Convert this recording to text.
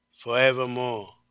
forevermore